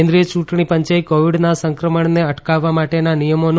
કેન્દ્રીય ચૂંટણી પંચે કોવિડના સંક્રમણને અટકાવવા માટેના નિયમોનું